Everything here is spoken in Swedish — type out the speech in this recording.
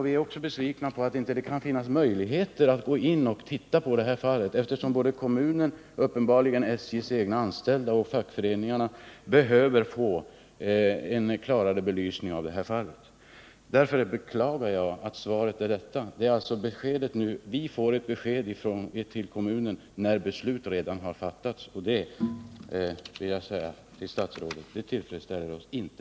Vi är också besvikna över att det inte kan finnas möjligheter att gå in och se på fallet, eftersom kommunen, uppenbarligen SJ:s egna anställda och fackföreningarna behöver få en klarare belysning av fallet, men det tycks inte finnas några möjligheter att undersöka fallet. Därför beklagar jag svarets innebörd. Vi får alltså ett besked till kommunen först när beslut redan har fattats och detta — det vill jag säga till statsrådet — tillfredsställer oss inte.